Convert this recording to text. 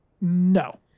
No